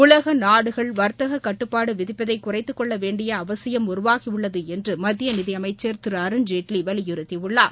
உலக நாடுகள் வா்த்தக கட்டுபாடு விதிப்பதை குறைத்து கொள்ள வேண்டிய அவசியம் உருவாகி உள்ளது என்று மத்திய நிதியமைச்சர் திரு அருண்ஜேட்லி வலியுறுத்தி உள்ளார்